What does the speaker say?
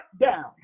down